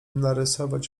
narysować